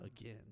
again